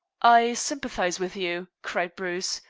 i sympathize with you! cried bruce.